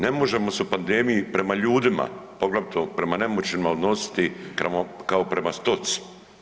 Ne možemo se u pandemiji prema ljudima, poglavito prema nemoćnicima odnositi kao prema stoci.